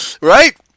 right